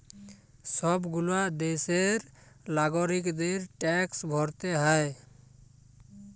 সব গুলা দ্যাশের লাগরিকদের ট্যাক্স ভরতে হ্যয়